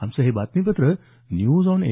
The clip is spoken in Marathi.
आमचं हे बातमीपत्र न्यूज ऑन ए